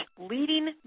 Leading